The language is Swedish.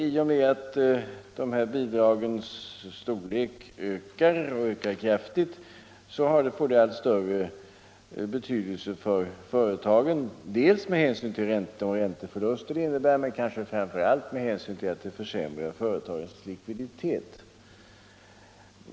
I och med att bidragens storlek ökar — och ökar kraftigt — får det allt större betydelse för företagen dels med hänsyn till de ränteförluster det innebär, dels och kanske framför allt med hänsyn till att det försämrar företagens likviditet.